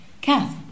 Kath